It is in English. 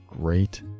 Great